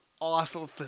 awesome